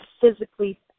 physically